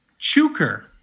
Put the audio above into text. Chuker